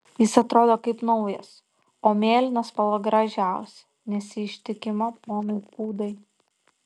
jis atrodo kaip naujas o mėlyna spalva gražiausia nes ji ištikima ponui pūdai